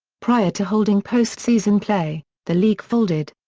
prior to holding postseason play, the league folded.